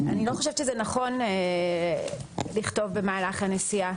אני לא חושבת שזה נכון לכתוב במהלך הנסיעה.